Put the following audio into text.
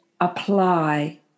apply